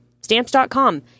Stamps.com